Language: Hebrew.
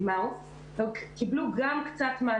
להגיד הוקרה עצומה למאמץ העצום שקורה בבתי הספר הוא מקצועי מאוד,